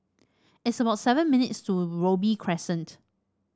it's about seven minutes to Robey Crescent